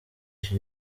iki